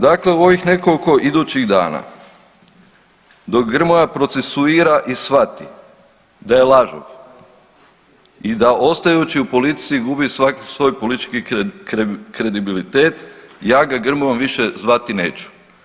Dakle u ovih nekoliko idućih dana dok Grmoja procesuira i shvati da je lažov i da ostajući u politici gubi svaki svoj politički kredibilitet ja ga Grmojom više zvati neću.